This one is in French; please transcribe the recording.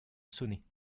sonner